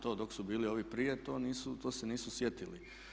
To dok su bili ovi prije to se nisu sjetili.